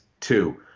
Two